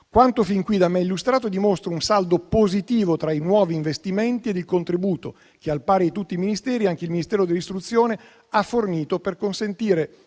Quanto fin qui da me illustrato dimostra un saldo positivo tra i nuovi investimenti e il contributo che, al pari di tutti i Ministeri, anche il Ministero dell'istruzione e del merito ha fornito per consentire